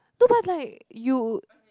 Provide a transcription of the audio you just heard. no but like you